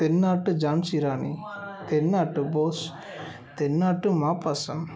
தென்னாட்டு ஜான்சிராணி தென்னாட்டு போஸ் தென்னாட்டு மாப்பசான்